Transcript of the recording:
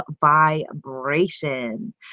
vibration